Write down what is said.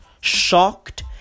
shocked